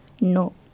No